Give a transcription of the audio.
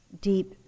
deep